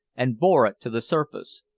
and bore it to the surface.